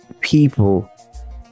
people